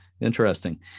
interesting